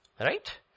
Right